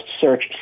search